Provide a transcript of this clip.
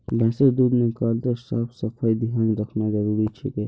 भैंसेर दूध निकलाते साफ सफाईर ध्यान रखना जरूरी छिके